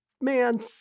man